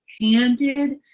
handed